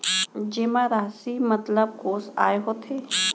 जेमा राशि मतलब कोस आय होथे?